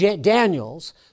Daniels